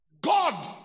God